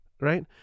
right